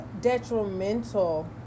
Detrimental